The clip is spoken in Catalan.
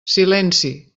silenci